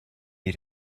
you